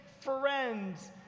friends